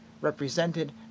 represented